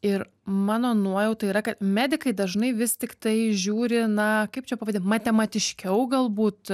ir mano nuojauta yra kad medikai dažnai vis tiktai žiūri na kaip čia pavadint matematiškiau galbūt